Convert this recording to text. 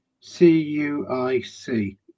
C-U-I-C